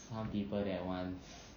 some people that wants